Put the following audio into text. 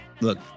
Look